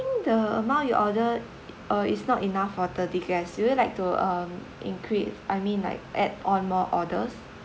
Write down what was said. the amount you ordered uh it's not enough for thirty guests would you like to um increase I mean like add on more orders